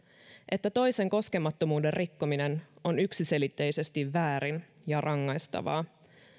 että toisen koskemattomuuden rikkominen on yksiselitteisesti väärin ja rangaistavaa ja